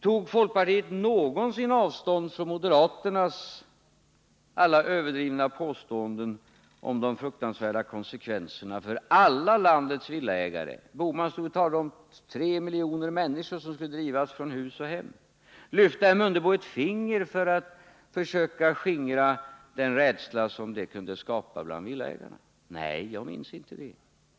Tog folkpartiet någonsin avstånd från moderaternas alla överdrivna påståenden om de fruktansvärda konsekvenserna för alla landets villaägare? Herr Bohman talade ju om att 3 miljoner människor skulle drivas från hus och hem. Lyfte herr Mundebo ett finger för att söka skingra den rädsla som detta kunde skapa bland villaägarna? Nej, jag minns inte att så skulle vara fallet.